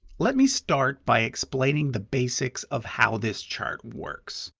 let me start by explaining the basics of how this chart works.